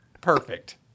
Perfect